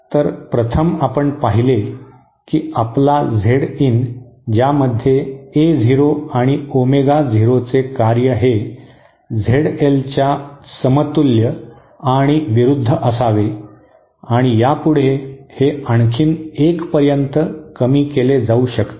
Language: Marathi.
तर प्रथम आपण पाहिले की आपला झेड इन ज्यामध्ये ए झिरो आणि ओमेगा झिरोचे कार्य हे झेड एल च्या समतुल्य आणि विरुद्ध असावे आणि यापुढे हे आणखी एकपर्यंत कमी केले जाऊ शकते